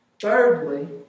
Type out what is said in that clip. Thirdly